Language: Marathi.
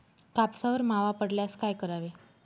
कापसावर मावा पडल्यास काय करावे?